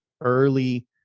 early